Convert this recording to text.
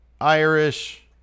Irish